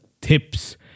tips